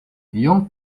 young